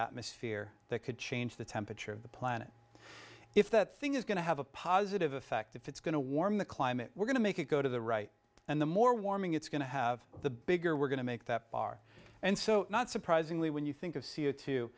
atmosphere that could change the temperature of the planet if that thing is going to have a positive effect if it's going to warm the climate we're going to make it go to the right and the more warming it's going to have the bigger we're going to make that bar and so not surprisingly when you think of